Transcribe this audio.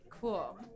Cool